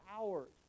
hours